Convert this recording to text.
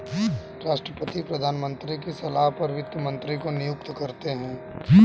राष्ट्रपति प्रधानमंत्री की सलाह पर वित्त मंत्री को नियुक्त करते है